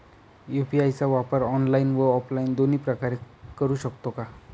UPI चा वापर online व ऑफलाईन दोन्ही प्रकारे करु शकतो का?